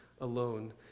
alone